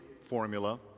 formula